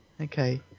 Okay